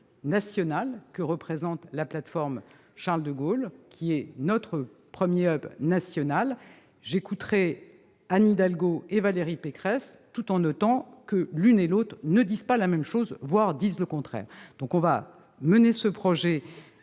national que représente la plateforme Charles-de-Gaulle, qui est notre premier national. J'écouterai Anne Hidalgo et Valérie Pécresse, tout en notant que l'une et l'autre ne disent pas la même chose, voir disent le contraire. Nous mènerons donc ce projet